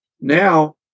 Now